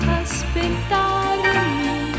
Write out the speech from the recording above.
aspettarmi